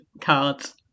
cards